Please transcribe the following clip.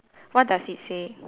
what does it say